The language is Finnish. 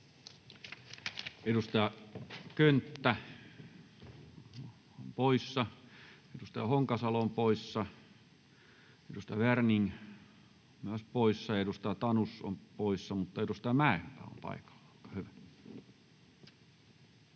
Edustaja Könttä on poissa, edustaja Honkasalo on poissa, edustaja Werning myös poissa ja edustaja Tanus on poissa. — Mutta edustaja Mäenpää on paikalla.